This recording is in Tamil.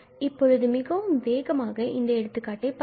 இப்பொழுது மிகவும் வேகமாக இந்த எடுத்துக்காட்டை பார்க்கலாம்